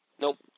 Nope